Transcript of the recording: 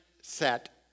set